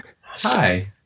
Hi